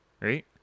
Right